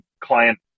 client